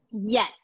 Yes